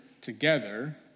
together